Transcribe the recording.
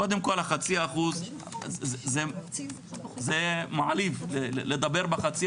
קודם כל החצי אחוז זה מעליב לדבר בחצי